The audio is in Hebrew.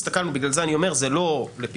בגלל זה אני אומר שזה לא לפיקדון,